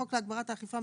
חוק הגברת האכיפה,